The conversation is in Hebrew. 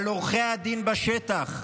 אבל עורכי הדין בשטח,